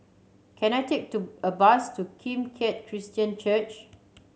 can I take to a bus to Kim Keat Christian Church